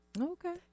Okay